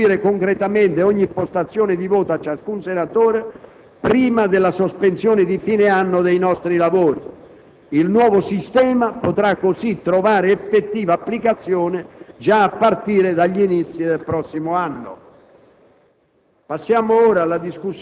di modo che sia possibile attribuire concretamente ogni postazione di voto a ciascun senatore prima della sospensione di fine anno dei nostri lavori. Il nuovo sistema potrà così trovare effettiva applicazione già a partire dagli inizi del prossimo anno.